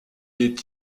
est